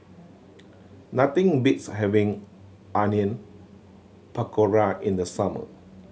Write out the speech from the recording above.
nothing beats having Onion Pakora in the summer